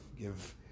give